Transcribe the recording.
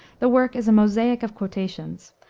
the work is a mosaic of quotations.